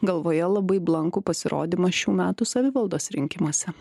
galvoje labai blankų pasirodymą šių metų savivaldos rinkimuose